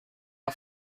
are